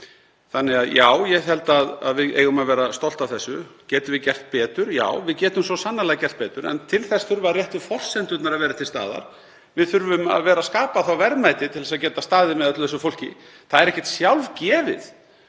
Þannig að já, ég held að við eigum að vera stolt af því. Getum við gert betur? Já, við getum svo sannarlega gert betur, en til þess þurfa réttu forsendurnar að vera til staðar. Við þurfum að skapa verðmæti til að geta staðið með öllu þessu fólki. Það er ekkert sjálfgefið